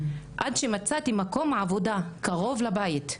עד שמצאתי מקום עבודה קרוב לבית,